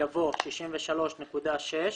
יבוא "63.6%".